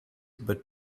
but